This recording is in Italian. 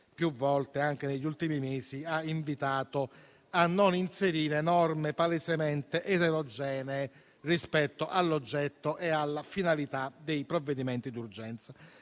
volte, anche negli ultimi mesi, ha invitato a non inserire norme palesemente eterogenee rispetto all'oggetto e alla finalità dei provvedimenti d'urgenza.